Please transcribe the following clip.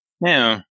No